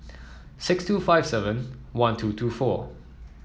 six two five seven one two two four